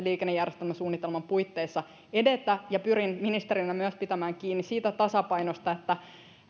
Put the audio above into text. liikennejärjestelmäsuunnitelman puitteissa edetä pyrin ministerinä myös pitämään kiinni siitä tasapainosta että